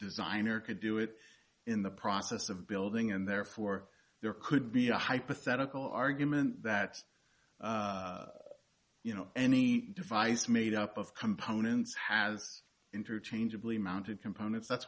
designer could do it in the process of building and therefore there could be a hypothetical argument that you know any device made up of components has interchangeably mounted components that's